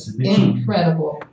incredible